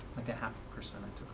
like a half a percent.